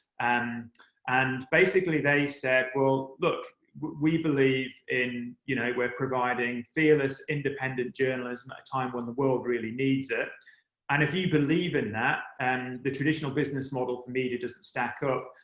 and and basically, they said, well, look, we believe you know we're providing fearless, independent journalism at a time when the world really needs it and if you believe in that, and the traditional business model for media doesn't stack up.